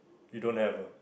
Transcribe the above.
you don't have ah